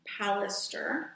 Pallister